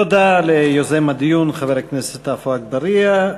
תודה ליוזם הדיון, חבר הכנסת עפו אגבאריה.